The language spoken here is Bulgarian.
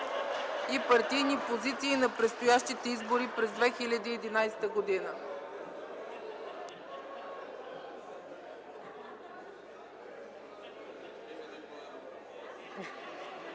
и партийни позиции на предстоящите избори през 2011 г.